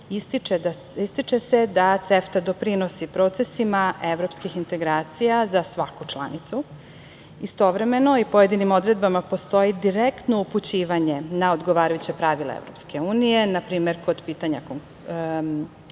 ističe se da CEFTA doprinosi procesima evropskih integracija za svaku članicu. Istovremeno, u pojedinim odredbama postoji konkretno upućivanje na odgovarajuća pravila EU. Na primer, kod pitanja konkurencije,